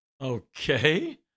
Okay